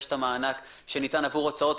יש מענק שניתן עבור הוצאות.